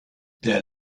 der